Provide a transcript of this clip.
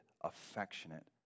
affectionate